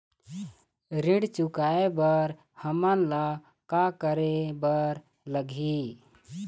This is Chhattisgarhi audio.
ऋण चुकाए बर हमन ला का करे बर लगही?